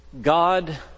God